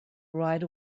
right